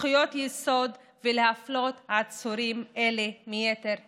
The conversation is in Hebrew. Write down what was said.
בזכויות יסוד ולהפלות עצורים אלה מיתר הכלואים.